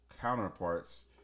counterparts